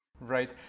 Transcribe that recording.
Right